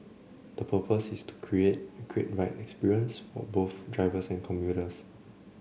the purpose is to create a great ride experience for both drivers and commuters